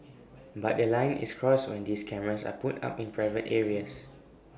but A line is crossed when these cameras are put up in private areas